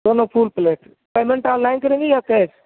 دونوں full plate payment online کریں گے یا کیش